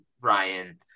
Ryan